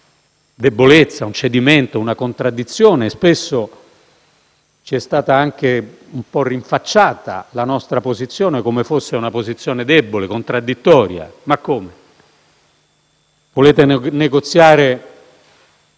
debolezza, un cedimento, una contraddizione. Spesso ci è stata anche un po' rinfacciata la nostra posizione, come fosse una posizione debole, contraddittoria. Ma come, volete negoziare